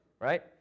right